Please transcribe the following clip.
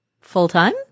Full-time